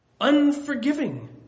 unforgiving